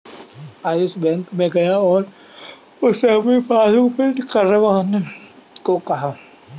Ayush bank में गया और उससे अपनी पासबुक प्रिंट करने को कहा